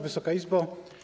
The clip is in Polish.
Wysoka Izbo!